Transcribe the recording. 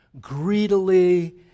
greedily